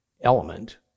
element